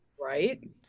Right